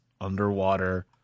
underwater